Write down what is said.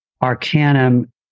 Arcanum